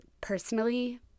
personally